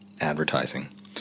advertising